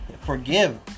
forgive